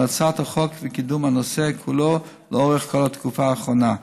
הצעת החוק וקידום הנושא כולו לאורך כל התקופה האחרונה.